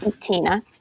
Tina